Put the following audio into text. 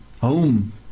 home